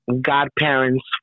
godparents